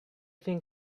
thing